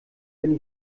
bin